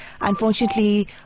unfortunately